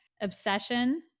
Obsession